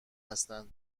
هستند